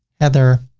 heather